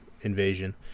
invasion